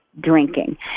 drinking